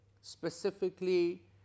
Specifically